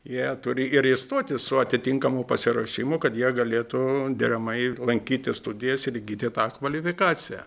jie turi ir įstoti su atitinkamu pasiruošimu kad jie galėtų deramai lankyti studijas ir įgyti tą kvalifikaciją